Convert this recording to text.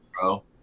bro